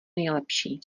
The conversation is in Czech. nejlepší